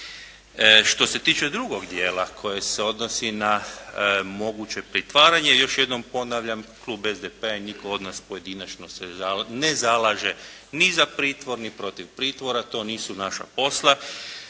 Što se tiče drugog dijela koje se odnosi na moguće pritvaranje još jednom ponavljam klub SDP i nitko od nas pojedinačno se ne zalaže ni za pritvor ni protiv pritvora to nisu naša posla,